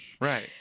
right